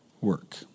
work